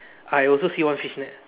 I also see one fish net